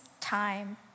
time